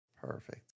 Perfect